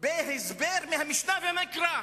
בהסבר מהמשנה ומהמקרא.